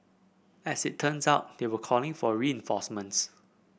as it turns out they were calling for reinforcements